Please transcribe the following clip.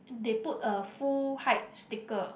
they put a full height sticker